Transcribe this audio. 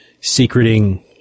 secreting